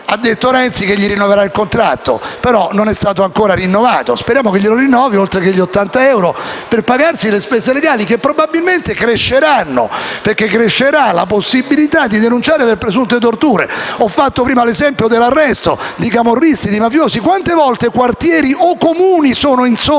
Ha detto Renzi che rinnoverà loro il contratto, che però non è stato ancora rinnovato. Speriamo che lo rinnovi, oltre agli 80 euro, per consentire loro di pagarsi le spese legali, che probabilmente cresceranno, perché aumenteranno le possibilità di denuncia per presunte torture. Ho fatto prima l'esempio dell'arresto di camorristi e di mafiosi: quante volte quartieri o Comuni interi sono